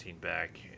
back